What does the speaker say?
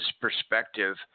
perspective